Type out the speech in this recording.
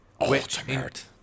ultimate